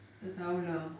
tak tahu lah